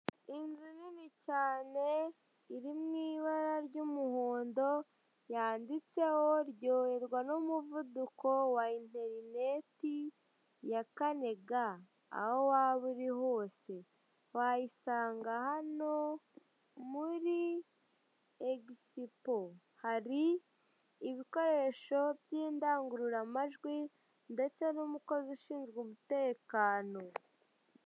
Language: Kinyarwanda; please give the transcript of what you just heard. Inzu nini cyane iri mu ibara ry'umuhondo yanditseho ryoherwa n'umuvuduko wa interineti ya kane ga aho waba uri hose wayisanga hano muri egisipo, hari ibikoresho by'indangururamajwi, ndetse n'umukozi ushinzwe umutekano.